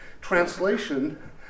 translation